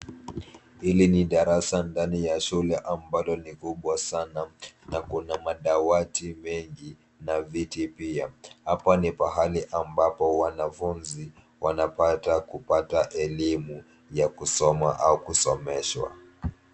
Hili ni darasa ndani ya shule ambalo ni kubwa sana na kuna madawati mengi na viti pia. Hapa ni pahali ambapo wanafunzi wanapata kupata elimu ya kusoma au kusomeshwa.